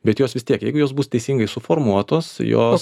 bet jos vis tiek jeigu jos bus teisingai suformuotos jos